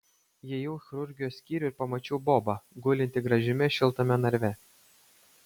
įėjau į chirurgijos skyrių ir pamačiau bobą gulintį gražiame šiltame narve